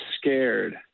scared